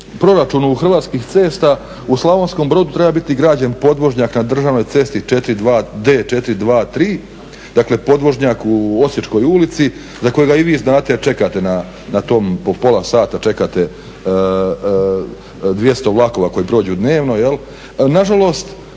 proračunu Hrvatskih cesta u Slavonskom Brodu treba biti građen podvožnjak na državnoj cesti D423, dakle podvožnjak u Osječkoj ulici za kojega i vi znate jer čekate na tom, po pola sata čekate 200 vlakova koji prođu dnevno.